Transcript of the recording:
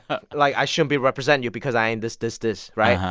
like, i shouldn't be representing you because i ain't this, this, this, right?